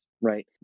Right